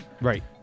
Right